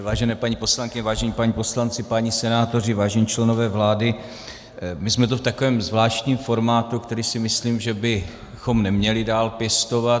Vážené paní poslankyně, vážení páni poslanci, páni senátoři, vážení členové vlády, my jsme tu v takovém zvláštním formátu, který si myslím, že bychom neměli dále pěstovat.